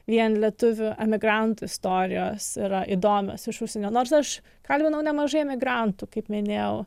vien lietuvių emigrantų istorijos yra įdomios iš užsienio nors aš kalbinau nemažai emigrantų kaip minėjau